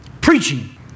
Preaching